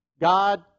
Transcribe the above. God